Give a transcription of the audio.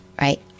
right